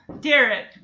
Derek